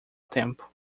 tempo